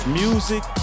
music